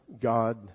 God